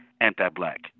anti-black